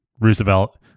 Roosevelt